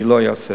אני לא אהסס.